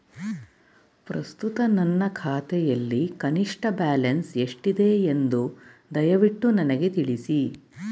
ಪ್ರಸ್ತುತ ನನ್ನ ಖಾತೆಯಲ್ಲಿ ಕನಿಷ್ಠ ಬ್ಯಾಲೆನ್ಸ್ ಎಷ್ಟಿದೆ ಎಂದು ದಯವಿಟ್ಟು ನನಗೆ ತಿಳಿಸಿ